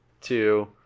two